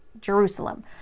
Jerusalem